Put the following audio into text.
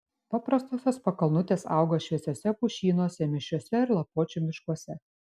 paprastosios pakalnutės auga šviesiuose pušynuose mišriuose ir lapuočių miškuose